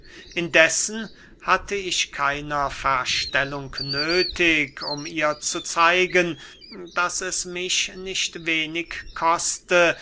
indessen hatte ich keiner verstellung nöthig um ihr zu zeigen daß es mich nicht wenig koste